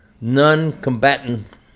non-combatant